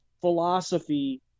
philosophy